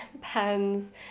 pens